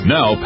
Now